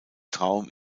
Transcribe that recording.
traum